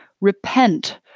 Repent